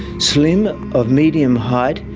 slim, of medium height,